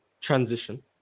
transition